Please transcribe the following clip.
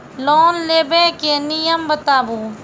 Loan लेबे के नियम बताबू?